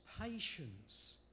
patience